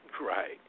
Right